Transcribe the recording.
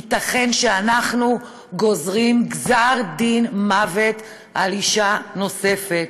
ייתכן שאנחנו גוזרים גזר דין מוות על אישה נוספת.